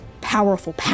powerful